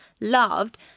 loved